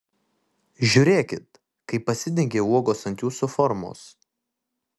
žiūrėkit kaip pasidengia uogos ant jūsų formos